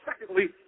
Secondly